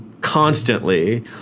constantly